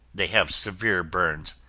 they have severe burns.